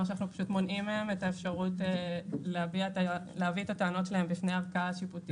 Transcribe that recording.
שאנחנו מונעים מהם את האפשרות להביא את הטענות שלהם בפני הערכאה השיפוטית.